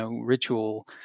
ritual